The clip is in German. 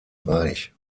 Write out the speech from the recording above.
reich